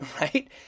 right